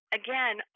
again